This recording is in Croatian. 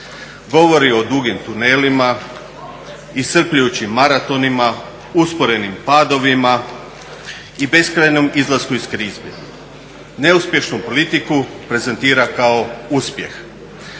Govori o dugim tunelima, iscrpljujućim maratonima, usporenim padovima i beskrajnom izlasku iz krize. Neuspješnu politiku prezentira kao uspjeh.